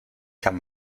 kann